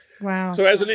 Wow